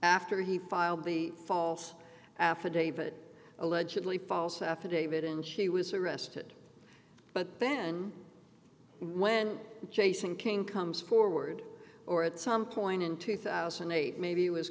after he filed the false affidavit allegedly false affidavit and she was arrested but then when jason king comes forward or at some point in two thousand and eight maybe was